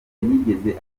yigeze